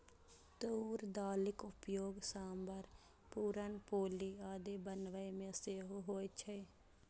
तूर दालिक उपयोग सांभर, पुरन पोली आदि बनाबै मे सेहो होइ छै